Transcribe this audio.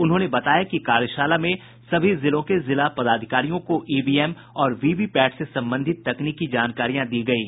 उन्होंने बताया कि कार्यशाला में सभी जिलों के जिला पदाधिकारियों को ईवीएम और वीवीपैट से संबंधित तकनीकी जानकारियां दी गयी